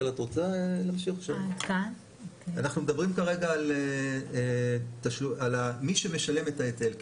אנחנו מדברים כרגע על מי שמשלם את ההיטל.